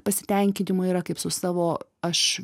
pasitenkinimo yra kaip su savo aš